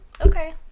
Okay